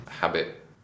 habit